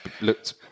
looked